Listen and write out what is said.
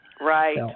Right